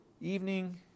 evening